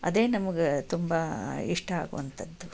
ಅದೇ ನಮಗೆ ತುಂಬ ಇಷ್ಟ ಆಗುವಂಥದ್ದು